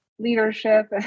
leadership